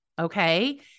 Okay